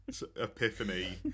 epiphany